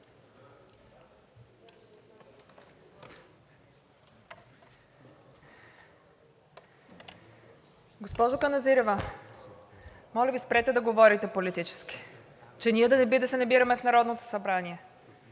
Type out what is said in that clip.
Госпожо Каназирева, моля Ви, спрете да говорите политически, че ние да не би да се намираме в Народното събрание?!